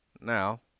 Now